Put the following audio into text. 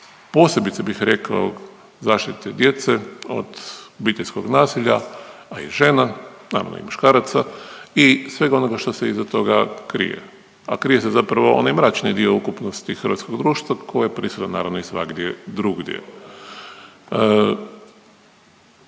posebice bih rekao zaštite djece od obiteljskog nasilja, a i žena, naravno i muškaraca i svega onoga što se iza toga krije. A krije se zapravo onaj mračni dio ukupnosti hrvatskog društva koji je prisutan naravno i svagdje drugdje.